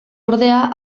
ordea